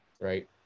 Right